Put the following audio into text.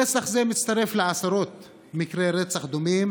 רצח זה מתווסף לעשרות מקרי רצח דומים